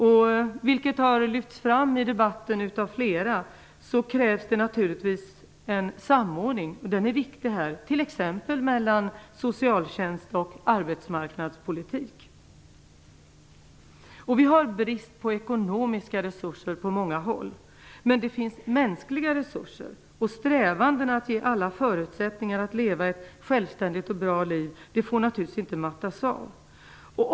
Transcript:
Det krävs naturligtvis, vilket har lyfts fram i debatten av flera, en samordning t.ex. mellan socialtjänst och arbetsmarknadspolitik, och den är viktig. Vi har på många håll brist på ekonomiska resurser. Men det finns mänskliga resurser, och strävanden att ge alla förutsättningar att leva ett självständigt och bra liv får givetvis inte mattas av.